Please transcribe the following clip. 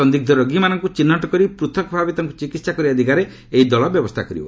ସନ୍ଦିଗ୍ଧ ରୋଗୀମାନଙ୍କୁ ଚିହ୍ନଟ କରି ପୂଥକ୍ ଭାବେ ତାଙ୍କୁ ଚିକିତ୍ସା କରିବା ଦିଗରେ ଏହି ଦଳ ବ୍ୟବସ୍ଥା କରିବ